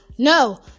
No